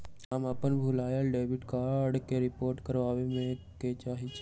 हम अपन भूलायल डेबिट कार्ड के रिपोर्ट करावे के चाहई छी